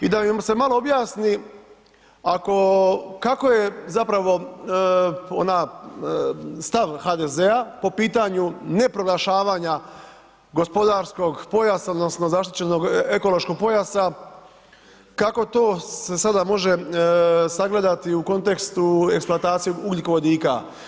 I da im se malo objasni, ako, kako je zapravo, ona stav HDZ-a po pitanju ne proglašavanja gospodarskog pojasa, odnosno, zaštićenog ekonomskog pojasa, kako to se sad može sagledati u kontekstu eksploatacije ugljikovodika.